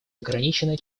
ограниченное